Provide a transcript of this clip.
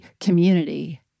community